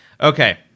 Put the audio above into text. okay